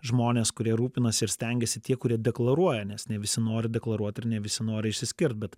žmonės kurie rūpinasi ir stengiasi tie kurie deklaruoja nes ne visi nori deklaruot ir ne visi nori išsiskirt bet